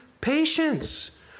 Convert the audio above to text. patience